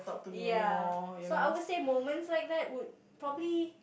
ya so I would say moments like that would probably